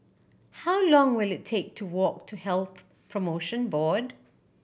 how long will it take to walk to Health Promotion Board